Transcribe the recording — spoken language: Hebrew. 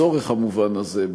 הצורך המובן הזה,